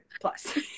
plus